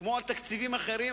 כמו על תקציבים אחרים,